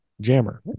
Jammer